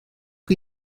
chi